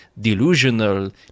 delusional